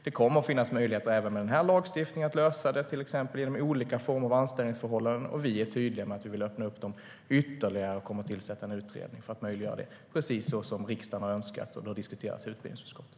Det kommer att finnas möjlighet att lösa det även med den här lagstiftningen, till exempel genom olika former av anställningsförhållanden. Vi är tydliga med att vi vill öppna upp dem ytterligare och kommer att tillsätta en utredning för att möjliggöra det, precis som riksdagen har önskat och som diskuterats i utbildningsutskottet.